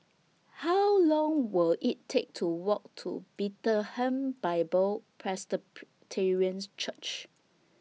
How Long Will IT Take to Walk to Bethlehem Bible Presbyterian Church